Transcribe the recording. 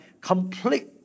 complete